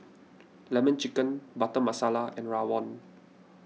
Lemon Chicken Butter Masala and Rawon